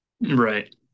Right